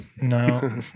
No